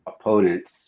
opponents